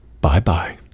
Bye-bye